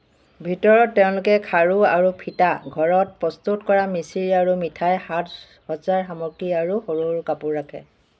ভিতৰত তেওঁলোকে খাৰু আৰু ফিটা ঘৰত প্ৰস্তুত কৰা মিচিৰি আৰু মিঠাই সাজ সজ্জাৰ সামগ্ৰী আৰু সৰু সৰু কাপোৰ ৰাখে